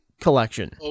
collection